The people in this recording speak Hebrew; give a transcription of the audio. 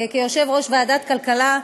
כיושב-ראש ועדת הכלכלה,